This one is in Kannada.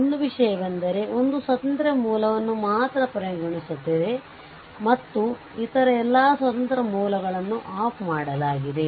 ಒಂದು ವಿಷಯವೆಂದರೆ ಒಂದು ಸ್ವತಂತ್ರ ಮೂಲವನ್ನು ಮಾತ್ರ ಪರಿಗಣಿಸುತ್ತದೆ ಮತ್ತು ಇತರ ಎಲ್ಲಾ ಸ್ವತಂತ್ರ ಮೂಲಗಳನ್ನು ಆಫ್ ಮಾಡಲಾಗಿದೆ